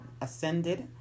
ascended